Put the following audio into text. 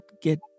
get